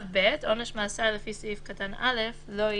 "(ב)עונש מאסר לפי סעיף קטן (א) לא יהיה,"